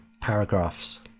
paragraphs